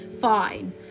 fine